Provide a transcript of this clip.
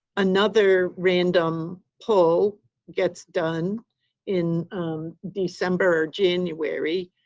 another random pull gets done in december or january.